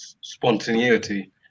spontaneity